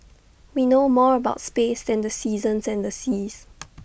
we know more about space than the seasons and the seas